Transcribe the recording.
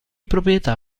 proprietà